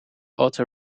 auto